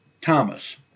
Thomas